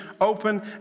open